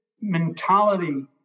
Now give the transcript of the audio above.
mentality